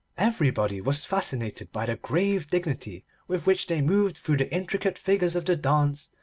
everybody was fascinated by the grave dignity with which they moved through the intricate figures of the dance,